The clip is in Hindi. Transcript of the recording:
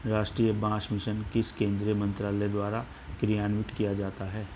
राष्ट्रीय बांस मिशन किस केंद्रीय मंत्रालय द्वारा कार्यान्वित किया जाता है?